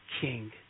king